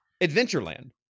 Adventureland